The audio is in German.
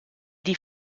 die